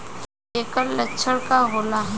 ऐकर लक्षण का होला?